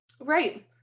Right